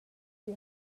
the